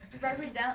represent